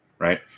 right